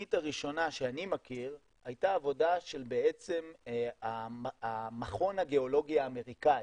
הרצינית הראשונה שאני מכיר הייתה עבודה של המכון הגיאולוגי האמריקאי.